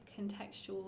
contextual